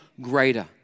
greater